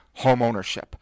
homeownership